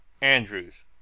Andrews